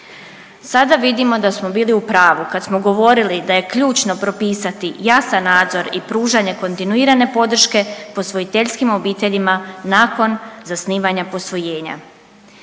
Sada vidimo da smo bili u pravu kad smo govorili da je ključno propisati jasan nadzor i pružanje kontinuirane podrške posvojiteljskim obiteljima nakon zasnivanja posvojenja.